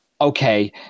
Okay